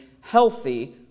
healthy